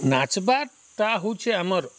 ନାଚ୍ବାର୍ଟା ହଉଛେ ଆମର